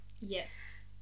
Yes